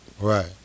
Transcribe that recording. Right